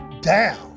down